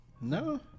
no